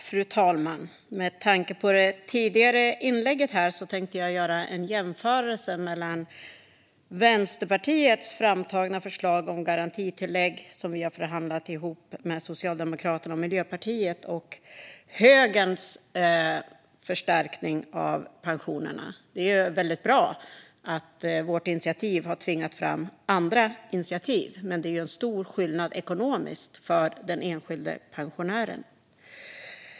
Fru talman! Med tanke på det föregående inlägget tänker jag göra en jämförelse mellan Vänsterpartiets framtagna förslag om garantitillägg, som vi har förhandlat ihop med Socialdemokraterna och Miljöpartiet, och högerns förstärkning av pensionerna. Det är väldigt bra att vårt initiativ har tvingat fram andra initiativ. Men det är en stor skillnad ekonomiskt för den enskilde pensionären.